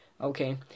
okay